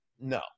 no